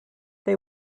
they